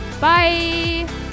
Bye